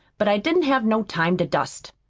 but i didn't have no time to dust,